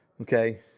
okay